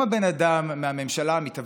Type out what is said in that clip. אי-אפשר לדבר